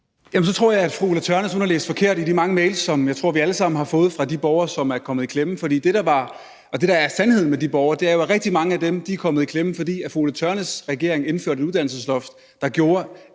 (S): Så tror jeg, fru Ulla Tørnæs har læst forkert i de mange mails, som jeg tror vi alle sammen har fået fra de borgere, som er kommet i klemme. For det, der er sandheden med de borgere, er, at rigtig mange af dem er kommet i klemme, fordi fru Ulla Tørnæs' regering indførte et uddannelsesloft, der gjorde,